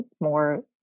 more